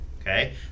okay